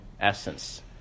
essence